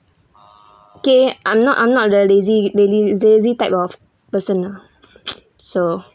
kay I'm not I'm not that lazy lazy lazy type of person ah so